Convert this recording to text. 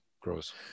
gross